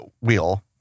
wheel